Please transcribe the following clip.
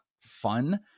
fun